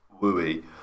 wooey